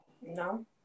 No